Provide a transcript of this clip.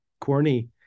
corny